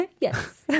Yes